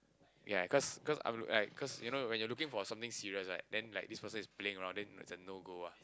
ya cause cause I'm look like cause you know when you're looking for something serious right then like this person is playing around then is a no go ah